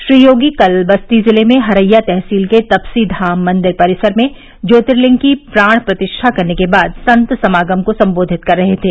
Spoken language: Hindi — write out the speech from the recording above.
श्री योगी कल बस्ती जिले में हरैया तहसील के तपसी धाम मंदिर परिसर में ज्योर्तिलिंग की प्राण प्रतिष्ठा करने के बाद संत समागम को संबोधित कर रहे थे